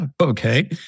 okay